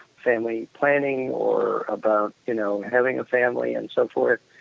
family planning or about you know having a family and so forth,